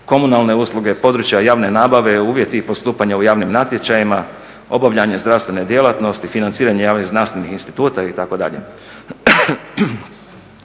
komunalne usluge, područja javne nabave, uvjeti i postupanja u javnim natječajima, obavljanje zdravstvene djelatnosti, financiranje javnih znanstvenih instituta itd.